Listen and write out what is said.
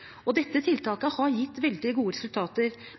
bransjer. Dette tiltaket har gitt veldig gode resultater,